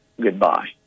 goodbye